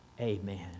Amen